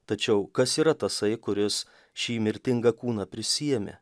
tačiau kas yra tasai kuris šį mirtingą kūną prisiėmė